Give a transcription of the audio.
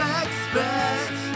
expect